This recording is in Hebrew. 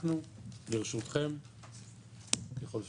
אנחנו לרשותכם ככל שצריך.